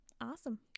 awesome